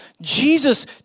jesus